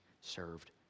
served